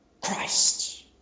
Christ